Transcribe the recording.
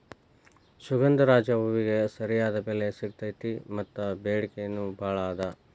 ಸುಗಂಧರಾಜ ಹೂವಿಗೆ ಸರಿಯಾದ ಬೆಲೆ ಸಿಗತೈತಿ ಮತ್ತ ಬೆಡಿಕೆ ನೂ ಬಾಳ ಅದ